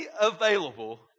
available